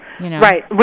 Right